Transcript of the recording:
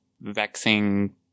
vexing